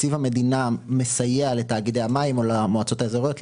תקציב המדינה מסייע לתאגידי המים או למועצות האזוריות,